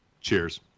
cheers